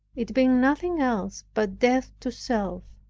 it being nothing else but death to self!